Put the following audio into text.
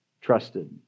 trusted